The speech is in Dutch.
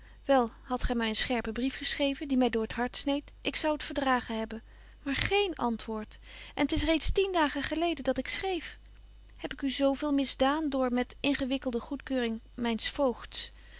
wel hadt gy my een scherpen brief geschreven die my door t hart sneedt ik zou t verdragen hebben maar geen antwoord en t is reeds tien dagen geleden dat ik schreef heb ik u zo veel misdaan door met ingewikkelde goedkeuring myns voogds